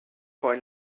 poi